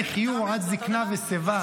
תחיו עד זקנה ושיבה,